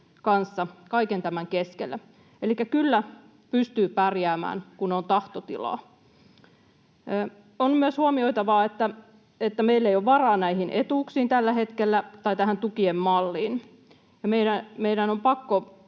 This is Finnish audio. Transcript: kanssa kaiken tämän keskellä. Elikkä kyllä pystyy pärjäämään, kun on tahtotilaa. On myös huomioitava, että meillä ei ole varaa tällä hetkellä tähän tukien malliin, ja meidän on pakko